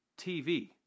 TV